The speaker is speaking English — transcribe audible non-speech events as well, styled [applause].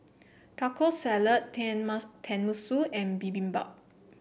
Taco Salad [unintelligible] Tenmusu and Bibimbap